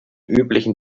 üblichen